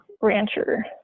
rancher